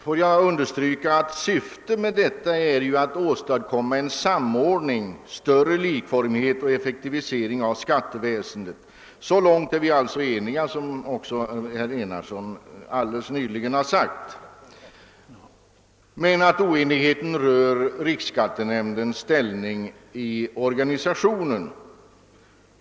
Får jag understryka att syftet med detta är att åstadkomma en samordning, större likformighet och effektivisering av skatteväsendet. Så långt är vi alltså eniga, vilket också herr Enarsson alldeles nyss sade. Oenigheten rör riksskattenämndens ställning i organisationen.